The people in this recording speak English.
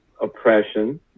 oppression